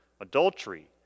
adultery